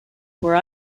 were